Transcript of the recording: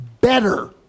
better